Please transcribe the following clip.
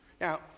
Now